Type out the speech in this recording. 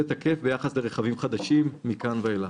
זה תקף ביחס לרכבים חדשים מכאן ואילך.